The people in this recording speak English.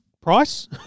price